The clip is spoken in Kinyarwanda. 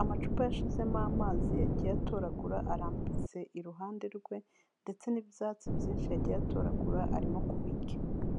amacupa yashizemo amazi yagiye atoragura arambitse iruhande rwe, ndetse n'ibyatsi byinshi yagiye atoragura arimo kubirya.